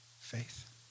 faith